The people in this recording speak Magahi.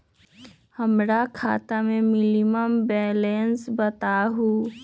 हमरा खाता में मिनिमम बैलेंस बताहु?